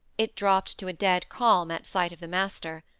it dropped to a dead calm at sight of the master.